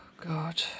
God